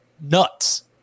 nuts